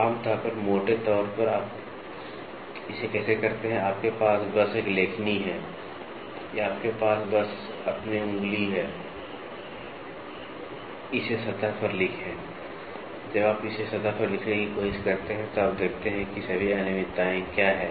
आम तौर पर मोटे तौर पर आप इसे कैसे करते हैं आपके पास बस एक लेखनी है या आपके पास बस अपनी उंगली है इसे सतह पर लिखें जब आप इसे सतह पर लिखने की कोशिश करते हैं तो आप देखते हैं कि सभी अनियमितताएं क्या हैं